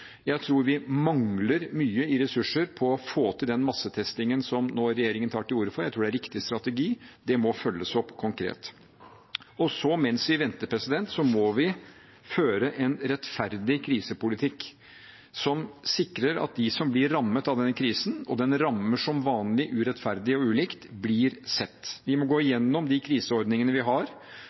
Jeg tror vi mangler mye ressurser på å få til den massetestingen som regjeringen nå tar til orde for. Jeg tror det er riktig strategi. Det må følges opp konkret. Og mens vi venter, må vi føre en rettferdig krisepolitikk som sikrer at de som blir rammet av denne krisen, og den rammer som vanlig urettferdig og ulikt, blir sett. Vi må gå gjennom de kriseordningene vi har,